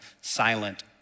Silent